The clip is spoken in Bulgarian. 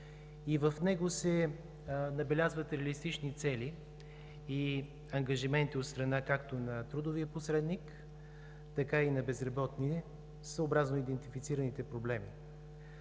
в него се набелязват реалистични цели и ангажименти от страна както на трудовия посредник, така и на безработни съобразно идентифицираните проблеми.